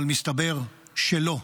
אבל מסתבר שלא.